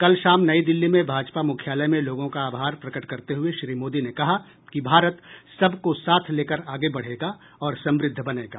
कल शाम नई दिल्ली में भाजपा मुख्यालय में लोगों का आभार प्रकट करते हुये श्री मोदी ने कहा कि भारत सबको साथ लेकर आगे बढ़ेगा और समृद्ध बनेगा